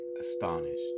astonished